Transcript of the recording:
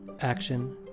action